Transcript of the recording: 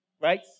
right